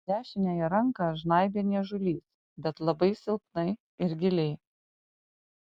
dešiniąją ranką žnaibė niežulys bet labai silpnai ir giliai